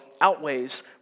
outweighs